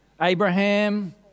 Abraham